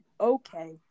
Okay